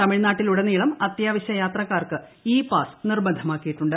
തമിഴ്നാട്ടിലുടനീളം അത്യാവശ്യ യാത്രക്കാർക്ക് e pass നിർബന്ധമാക്കിയിട്ടുണ്ട്